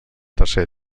tercer